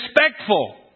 respectful